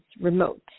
remote